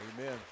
Amen